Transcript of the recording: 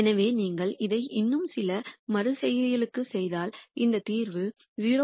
எனவே நீங்கள் இதை இன்னும் சில மறு செய்கைகளுக்குச் செய்தால் இந்த தீர்வு 0